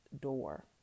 door